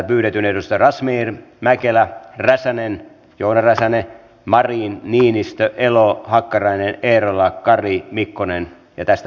edustajat razmyar mäkelä joona räsänen marin niinistö elo hakkarainen eerola kari mikkonen ja tästä poikki